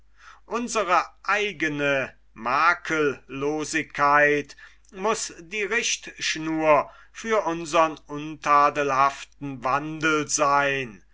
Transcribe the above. unsere eigene makellosigkeit muß die richtschnur für unsern untadelhaften wandel seyn